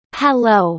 hello